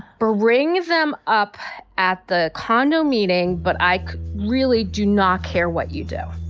bring them up at the condo meeting. but i really do not care what you do